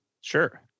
Sure